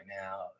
now